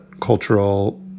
cultural